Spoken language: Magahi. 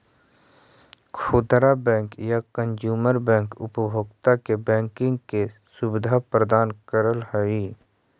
खुदरा बैंक या कंजूमर बैंक उपभोक्ता के बैंकिंग के सुविधा प्रदान करऽ हइ